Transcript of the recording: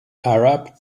arab